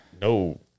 no